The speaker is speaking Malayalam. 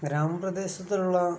ഗ്രാമ പ്രദേശത്തുള്ള